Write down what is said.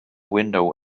window